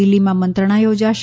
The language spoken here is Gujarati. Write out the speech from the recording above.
દિલ્હીમાં મંત્રાણા યોજાશે